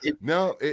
No